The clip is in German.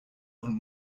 und